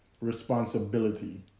responsibility